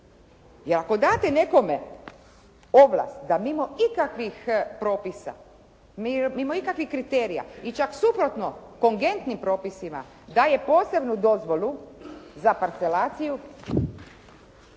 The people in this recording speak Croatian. jer ako date nekome ovlast da mimo ikakvih propisa, mimo ikakvih kriterija i čak suprotno, kongentnim propisima daje posebnu dozvolu za parcelaciju,